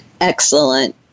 Excellent